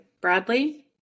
Bradley